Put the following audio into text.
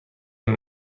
این